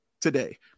today